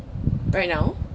right now